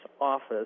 office